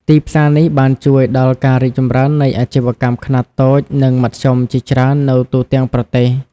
ទីផ្សារនេះបានជួយដល់ការរីកចម្រើននៃអាជីវកម្មខ្នាតតូចនិងមធ្យមជាច្រើននៅទូទាំងប្រទេស។